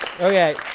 Okay